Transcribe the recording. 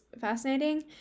fascinating